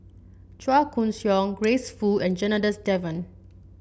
Chua Koon Siong Grace Fu and Janadas Devan